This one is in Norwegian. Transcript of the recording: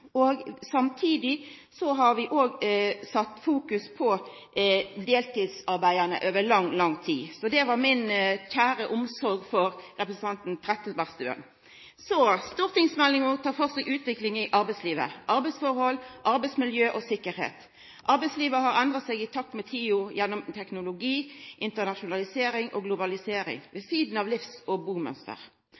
år. Samtidig har vi òg sett fokus på deltidsarbeidande over lang, lang tid. Så det var mi kjære omsorg for representanten Trettebergstuen. Stortingsmeldinga tek for seg utviklinga i arbeidslivet, arbeidsforhold, arbeidsmiljø og sikkerheit. Arbeidslivet har endra seg i takt med tida, gjennom teknologi, internasjonalisering og globalisering og når det gjeld livs- og